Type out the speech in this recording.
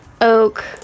oak